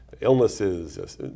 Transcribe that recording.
illnesses